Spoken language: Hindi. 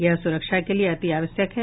यह सुरक्षा के लिए अति आवश्यक है